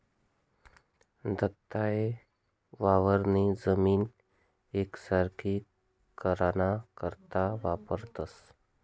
दंताये वावरनी जमीन येकसारखी कराना करता वापरतंस